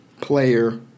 player